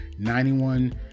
91